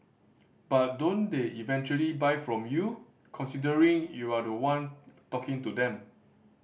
but don't they eventually buy from you considering you're the one talking to them